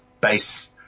base